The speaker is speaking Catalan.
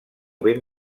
ben